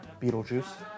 Beetlejuice